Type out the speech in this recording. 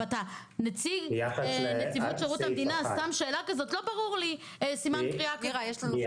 ואתה נציג נציבות שירות המדינה לא ברור לי איך אתה שם סימן קריאה כזה.